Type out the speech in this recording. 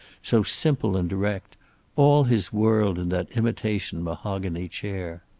so simple and direct all his world in that imitation mahogany chair.